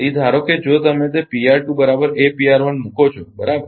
તેથી ધારો કે જો તમે તે મૂકો છો બરાબર